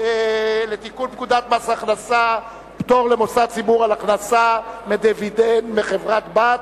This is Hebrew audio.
לתיקון פקודת מס הכנסה (פטור למוסד ציבור על הכנסה מדיבידנד מחברה-בת),